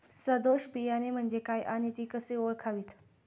सदोष बियाणे म्हणजे काय आणि ती कशी ओळखावीत?